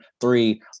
three